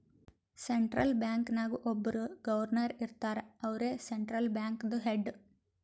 central bank ನಾಗ್ ಒಬ್ಬುರ್ governor ಇರ್ತಾರ ಅವ್ರೇ ಸೆಂಟ್ರಲ್ ಬ್ಯಾಂಕ್ದು ಹೆಡ್